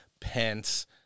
Pence